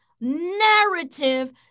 narrative